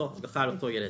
לצורך השגחה על אותו ילד,